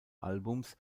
albums